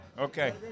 Okay